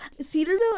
Cedarville